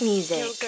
Music